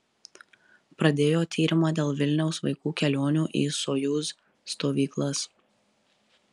pradėjo tyrimą dėl vilniaus vaikų kelionių į sojuz stovyklas